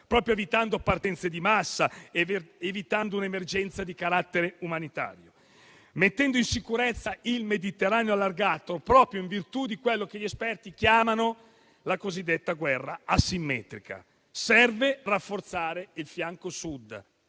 proprio evitando partenze di massa ed evitando un'emergenza di carattere umanitario, mettendo in sicurezza il Mediterraneo allargato in virtù di quella che gli esperti chiamano la cosiddetta guerra asimmetrica. Serve rafforzare il fianco Sud,